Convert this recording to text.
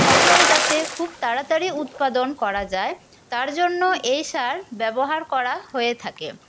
ফসল যাতে খুব তাড়াতাড়ি উৎপাদন করা যায় তারজন্য এই সার ব্যবহার করা হয়ে থাকে